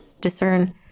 discern